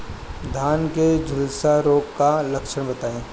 धान में झुलसा रोग क लक्षण बताई?